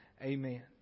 amen